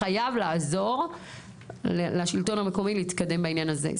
חייבים לעזור לשלטון המקומי להתקדם בעניין הזה.